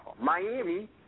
Miami